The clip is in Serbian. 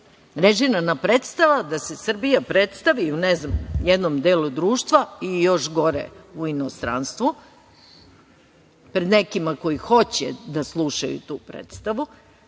režirana predstava da se Srbija predstavi u, ne znam, jednom delu društva, i još gore, u inostranstvu, pred nekima koji hoće da slušaju tu predstavu,